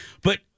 but-